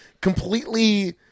completely